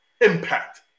Impact